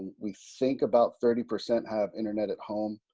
we think about thirty percent have internet at home.